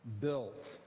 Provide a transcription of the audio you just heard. built